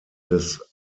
des